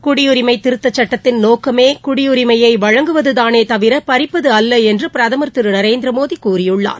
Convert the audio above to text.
குடியுரிமை திருத்தச் சட்டத்தின் நோக்கமே குடியுரிமையை வழங்குவதுதானே தவிர பறிப்பது அல்ல என்று பிரதமர் திரு நரேந்திர மோடி கூறியுள்ளார்